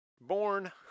Born